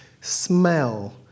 Smell